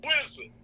wizard